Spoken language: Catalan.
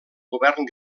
govern